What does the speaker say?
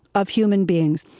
of human beings.